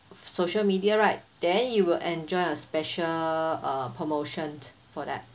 social media right then you will enjoy a special uh promotions for that